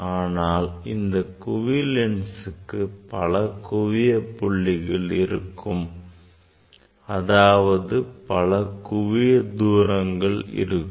ஆனால் இந்த குவி லென்சுக்கு பல குவியப் புள்ளிகள் இருக்கும் அதாவது பல குவிய தூரங்கள் இருக்கும்